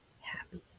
happy